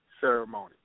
ceremony